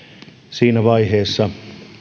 siinä vaiheessa